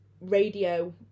radio